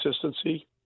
consistency